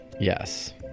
Yes